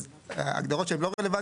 אז ההגדרות שהן לא רלוונטיות,